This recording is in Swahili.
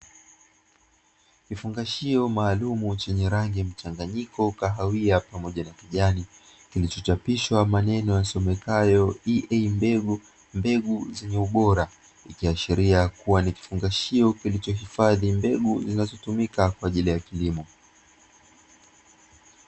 Kifungashio maalumu chenye rangi mchanganyiko kahawia pamoja na kijani. Kilichochapishwa maneno yasomekayo 'EA mbegu'' mbegu zenye ubora ikiashiria kuwa ni kifungashio kilichohifadhi mbegu zinazotumika kwa ajili ya kilimo.